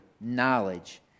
knowledge